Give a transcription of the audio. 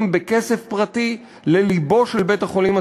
בכסף פרטי ללבו של בית-החולים הציבורי.